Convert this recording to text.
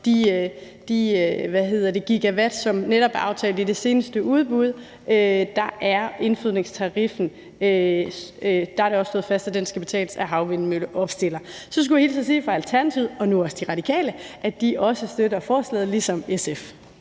de gigawatt, som netop er aftalt i det seneste udbud, skal indfødningstariffen betales af havvindmølleropstilleren. Så skulle jeg hilse og sige fra Alternativet og nu også De Radikale, at de også støtter forslaget ligesom SF.